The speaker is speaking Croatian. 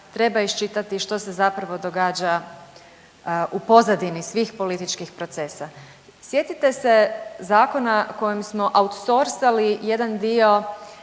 treba iščitati što se zapravo događa u pozadini svih političkih procesa. Sjetite se zakona kojim smo outsorsali jedan dio